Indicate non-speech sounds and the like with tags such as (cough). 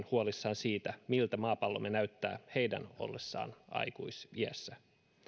(unintelligible) huolissaan siitä miltä maapallomme näyttää heidän ollessaan aikuisiässä